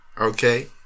okay